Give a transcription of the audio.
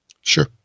Sure